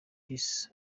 peace